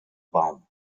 baum